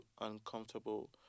uncomfortable